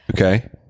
Okay